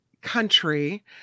country